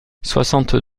soixante